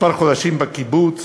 חודשים מספר בקיבוץ,